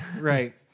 Right